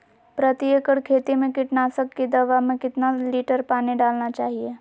प्रति एकड़ खेती में कीटनाशक की दवा में कितना लीटर पानी डालना चाइए?